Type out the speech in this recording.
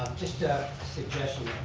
just a suggestion